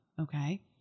Okay